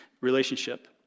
relationship